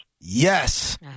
Yes